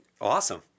awesome